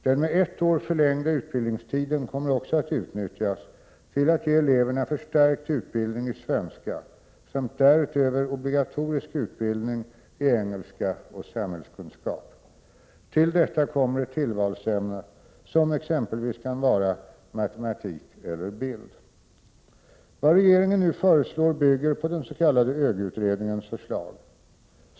Den med ett år förlängda utbildningstiden kommer också att utnyttjas till att ge eleverna förstärkt utbildning i svenska samt därutöver obligatorisk utbildning i engelska och samhällskunskap. Till detta kommer ett tillvalsämne, som exempelvis kan vara matematik eller bild. Vad regeringen nu föreslår bygger på den s.k. ÖGY-utredningens förslag.